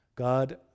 God